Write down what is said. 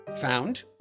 Found